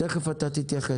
תיכף אתה תתייחס.